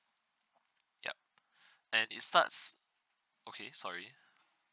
yup and it starts okay sorry